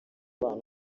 bana